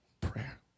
prayer